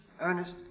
Ernest